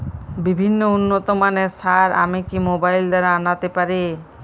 বিভিন্ন উন্নতমানের সার আমি কি মোবাইল দ্বারা আনাতে পারি?